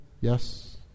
Yes